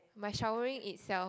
my showering itself